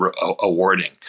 awarding